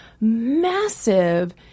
massive